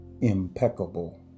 Impeccable